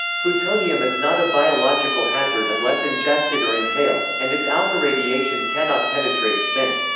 plutonium is not a biological hazard unless ingested or inhaled, and its alpha radiation cannot penetrate skin.